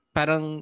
Parang